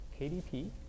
KDP